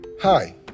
Hi